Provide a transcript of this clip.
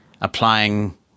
applying